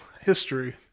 history